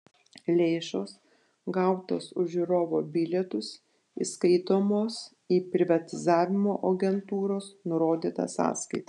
lėšos gautos už žiūrovo bilietus įskaitomos į privatizavimo agentūros nurodytą sąskaitą